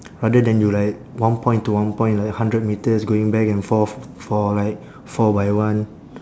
rather than you like one point to one point like hundred metres going back and forth for like four by one